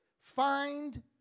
find